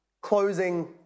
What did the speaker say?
closing